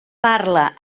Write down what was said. parla